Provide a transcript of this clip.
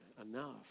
enough